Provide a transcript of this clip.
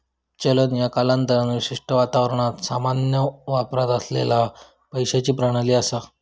चलन ह्या कालांतरान विशिष्ट वातावरणात सामान्य वापरात असलेला पैशाची प्रणाली असा